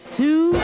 two